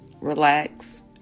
relax